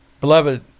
Beloved